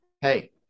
hey